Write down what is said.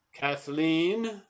Kathleen